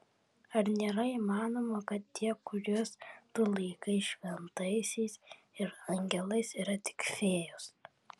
ar nėra įmanoma kad tie kuriuos tu laikai šventaisiais ir angelais yra tik fėjos